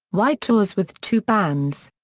white tours with two bands.